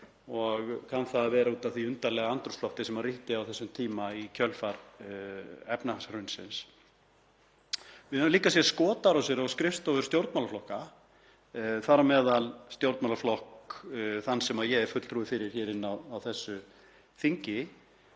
Kann það að vera út af því undarlega andrúmslofti sem ríkti á þessum tíma í kjölfar efnahagshrunsins. Við höfum líka séð skotárásir á skrifstofur stjórnmálaflokka, þar á meðal þann stjórnmálaflokk sem ég er fulltrúi fyrir hér inni á þessu þingi.